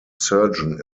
surgeon